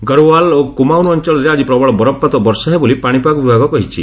ଗରହୱାଲ ଓ କୁମାଉନ ଅଞ୍ଚଳରେ ଆଜି ପ୍ରବଳ ବରଫପାତ ଓ ବର୍ଷା ହେବ ବୋଲି ପାଶିପାଗ ବିଭାଗ କହିଛି